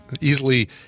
easily